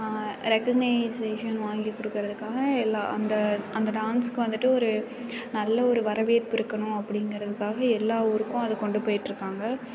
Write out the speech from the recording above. recognition வாங்கி கொடுக்குறதுக்காக எல்லா அந்த அந்த டான்ஸுக்கு வந்துட்டு ஒரு நல்ல ஒரு வரவேற்பு இருக்கணும் அப்படிங்குறதுக்காக எல்லா ஊருக்கும் அதை கொண்டு போய்ட்ருக்காங்க